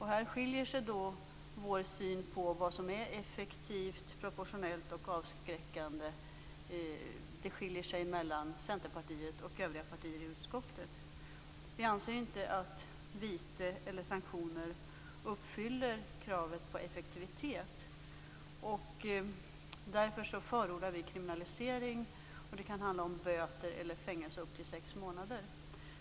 Här skiljer sig synen på vad som är effektivt, proportionellt och avskräckande mellan Centerpartiet och övriga partier i utskottet. Vi anser inte att vite eller sanktioner uppfyller kravet på effektivitet. Därför förordar vi kriminalisering. Det kan handla om böter eller fängelse upp till sex månader.